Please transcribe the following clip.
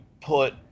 put